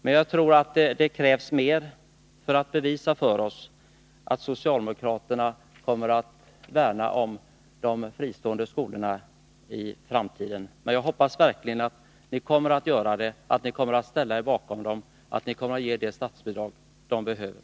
Jag tror emellertid att det krävs mer för att bevisa för oss att socialdemokraterna kommer att värna om de fristående skolorna i framtiden. Jag hoppas verkligen att ni kommer att göra det, att ni ställer er bakom dem och att ni ger det statsbidrag de behöver.